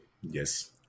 Yes